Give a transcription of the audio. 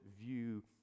view